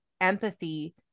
empathy